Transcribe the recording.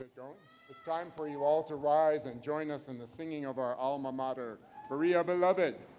it's time for you all to rise and join us in the singing of our alma mater berea beloved!